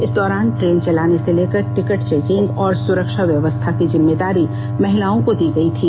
इस दौरान ट्रेन चलाने से लेकर टिकट चेकिंग और सुरक्षा व्यवस्था की जिम्मेदारी महिलाओं को दी गई थी